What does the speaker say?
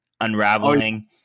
unraveling